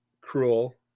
cruel